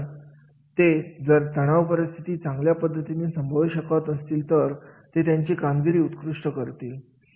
कारण ते जर तणाव परिस्थिती चांगल्या पद्धतीने संभाळून शकत असतील तर ते त्यांची कामगिरी उत्कृष्ट करतील